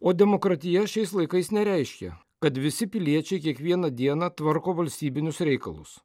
o demokratija šiais laikais nereiškia kad visi piliečiai kiekvieną dieną tvarko valstybinius reikalus